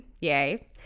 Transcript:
yay